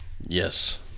Yes